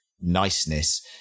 niceness